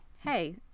Hey